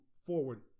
forward